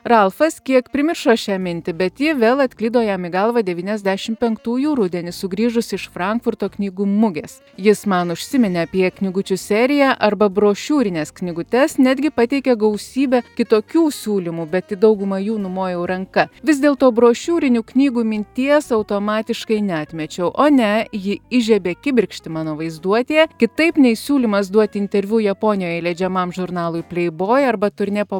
ralfas kiek primiršo šią mintį bet ji vėl atsklido jam į galvą devyniasdešimt poenktųjų rudenį sugrįžus iš frankfurto knygų mugės jis man užsiminė apie knygučių seriją arba brošiūrines knygutes netgi pateikė gausybę kitokių siūlymų bet į dauguma jų numojau ranka vis dėl to brošiūrinių knygų minties automatiškai neatmečiau o ne ji įžiebė kibirkštį mano vaizduotėje kitaip nei siūlymas duoti interviu japonijoje leidžiamam žurnalui playboy arba turnė po